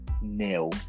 nil